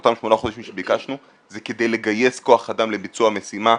של אותם שמונה חודשים שביקשנו זה כדי לגייס כוח אדם לביצוע המשימה,